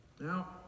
Now